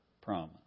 promise